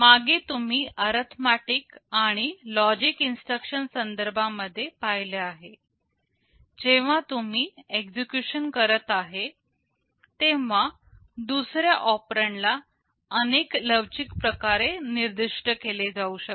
मागे तुम्ही अरिथमेटिक आणि लॉजिक इन्स्ट्रक्शन संदर्भामध्ये पाहिले आहे जेव्हा तुम्ही एक्झिक्युशन करत आहे तेव्हा दुसऱ्या ऑपरेंड ला अनेक लवचिक प्रकारे निर्दिष्ट केले जाऊ शकते